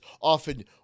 often